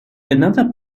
another